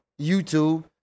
YouTube